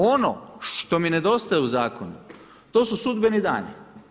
Ono što mi nedostaje u zakonu to su sudbeni dani.